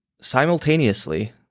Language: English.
simultaneously